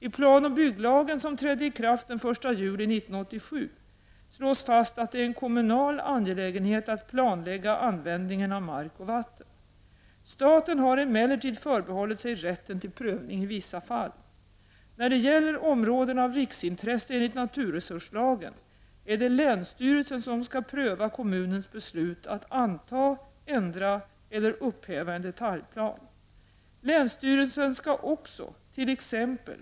I planoch bygglagen, som trädde i kraft den 1 juli 1987, slås fast att det är en kommunal angelägenhet att planlägga användningen av mark och vatten. Staten har emellertid förbehållit sig rätten till prövning i vissa fall. När det gäller områden av riksintresse enligt naturresurslagen är det länsstyrelsen som skall pröva kommunens beslut att anta, ändra eller upphäva en detaljplan. Länsstyrelsen skallt.ex.